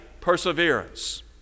perseverance